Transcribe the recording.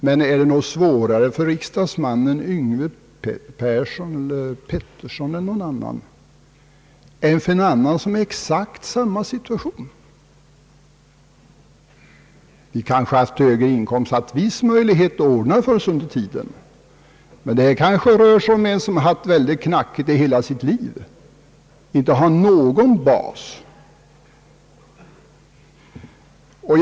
Men är det svårare för riksdagsmannen Yngve Persson eller Georg Pettersson eller någon annan riksdagsman än för en person utanför riksdagen som råkar i exakt samma situation? Vi kanske har haft högre inkomst och därmed viss möjlighet att ordna det för oss, men den andre kan ha haft det knackigt i hela sitt liv och har därför ingenting att falla tillbaka på.